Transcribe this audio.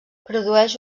produeix